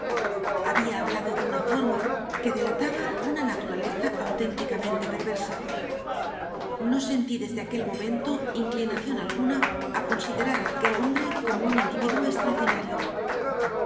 había hablado de una forma que delataba una naturaleza auténticamente perversa no sentí desde aquel momento inclinación alguna a considerar a aquel hombre como un individuo extraordinario